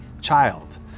child